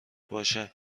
باشد